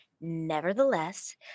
Nevertheless